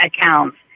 accounts